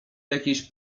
jakiejś